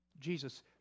Jesus